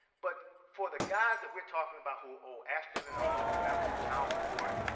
but for the guys that we're talking about who owe astronomical amounts of child support,